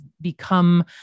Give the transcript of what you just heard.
become